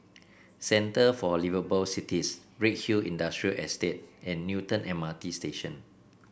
centre for Liveable Cities Redhill Industrial Estate and Newton M R T Station